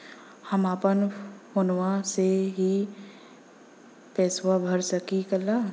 हम अपना फोनवा से ही पेसवा भर सकी ला?